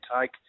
take